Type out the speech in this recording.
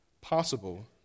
possible